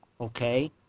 okay